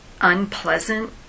unpleasant